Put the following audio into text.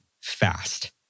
fast